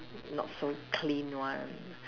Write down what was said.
not so clean one